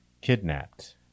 Kidnapped